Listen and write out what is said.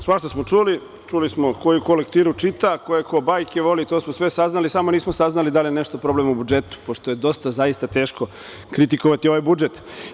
Svašta smo čuli, čuli smo ko koju lektiru čita, ko koje bajke voli, to smo sve saznali, samo nismo saznali da li je nešto problem u budžetu, pošto je dosta zaista teško kritikovati ovaj budžet.